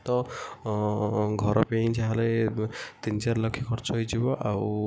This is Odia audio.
ତ ଘର ପାଇଁ ଯାହା ହେଲେ ତିନି ଚାରି ଲକ୍ଷ ଖର୍ଚ୍ଚ ହୋଇଯିବ ଆଉ